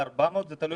זה באמת לא ברור.